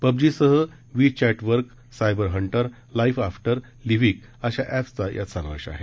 पब्जीसह वी चप्र वर्क सायबर हंटर लाईफ आफ्टर लिव्हिक शा प्रचा यात समावेश आहे